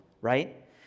right